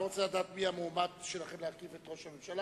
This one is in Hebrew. אתה רוצה לדעת מי המועמד שלכם להרכיב את הממשלה?